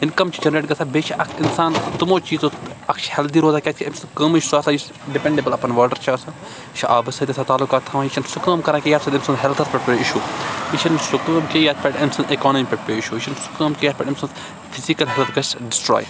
income چھِ generate گَژھان بیٚیہِ چھِ اَکھ اِنسان تمو چیٖزو اَکھ چھِ ہؠلدِی روزان کِیٛازِ کہِ أمۍ سنٛز کٲمٕے چھِ سُہ آسان یُس ڈِپؠنڈیبٕل اَپان واٹَر چھِ آسان یہِ چھِ آبَس سٟتۍ آسان تعلُقات تھاوان یہِ چھنہٕ سُہ کٲم کَران کینٛہہ یَتھ سٟتۍ أمۍ سُنٛد ہؠلَتھَس پؠٹھ پیٚیہِ اِشوٗ یہِ چھنہٕ سُہ کٲم کَران کینٛہہ یَتھ پؠٹھ أمۍ سٕنٛزِ اِکانمِی پؠٹھ پیٚیہِ اِشوٗ یہِ چھنہٕ سُہ کٲم کینٛہہ یَتھ پؠٹھ أمۍ سُنٛد فِزِکَل ہؠلٕتھ گَژھِ ڈِسٹراے